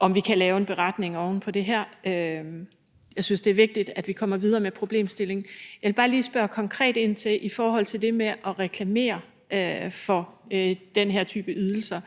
om vi kan lave en beretning oven på det her. Jeg synes, det er vigtigt, at vi kommer videre med problemstillingen. Jeg skal bare lige spørge konkret ind til noget. I forhold til det med at reklamere for den her type ydelser